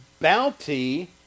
bounty